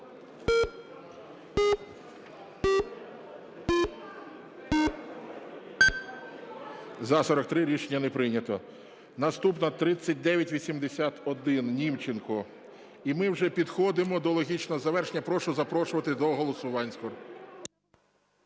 За-43 Рішення не прийнято. Наступна 3981, Німченко. І ми вже підходимо до логічного завершення, прошу запрошувати до голосування.